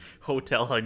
Hotel